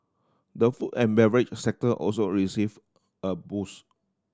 the food and beverage sector also received a boost